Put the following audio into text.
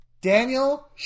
Daniel